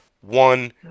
one